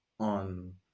on